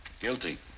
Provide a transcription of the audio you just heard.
Guilty